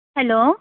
hello